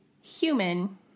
human